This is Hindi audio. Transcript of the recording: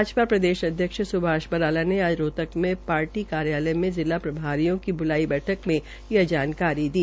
भाजपा प्रदेश अध्यक्ष स्भाष बराला ने आज रोहतक में पार्टी प्रदेश कार्यालयों जिा प्रभारियों की ब्लाई बैठक में यह जानकारी दी